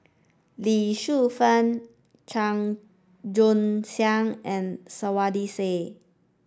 Lee Shu Fen Chua Joon Siang and Saiedah Said